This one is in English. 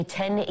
10